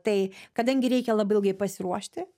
tai kadangi reikia labai ilgai pasiruošti